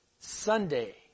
Sunday